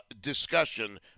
discussion